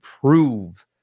prove